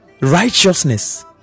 righteousness